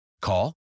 Call